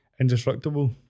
indestructible